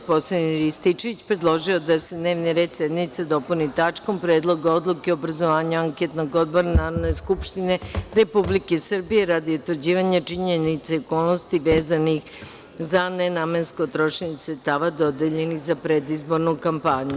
Narodni poslanik Marijan Rističević predložio je da se dnevni red sednice dopuni tačkom – Predlog odluke o obrazovanju anketnog odbora Narodne Skupštine Republike Srbije, radi utvrđivanja činjenica i okolnosti vezanih za nenamensko trošenje sredstava dodeljenih za predizbornu kampanju.